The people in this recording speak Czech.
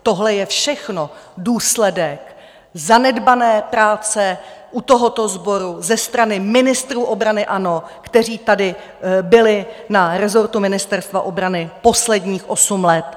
Tohle je všechno důsledek zanedbané práce u tohoto sboru ze strany ministrů obrany ANO, kteří tady byli na rezortu Ministerstva obrany posledních osm let.